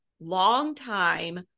longtime